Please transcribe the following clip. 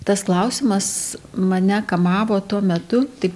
tas klausimas mane kamavo tuo metu tik